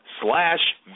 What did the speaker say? slash